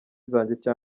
zanjye